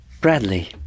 Bradley